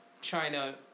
China